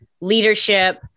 leadership